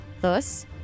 Thus